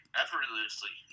effortlessly